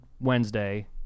wednesday